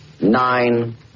nine